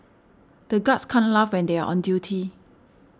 the guards can't laugh when they are on duty